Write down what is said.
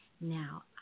Now